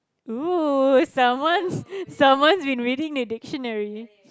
!woo! someone's someone's been reading the dictionary